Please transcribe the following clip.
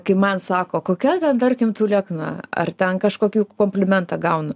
kai man sako kokia ten tarkim tu liekna ar ten kažkokį komplimentą gaunu